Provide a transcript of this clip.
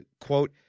Quote